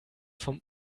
vom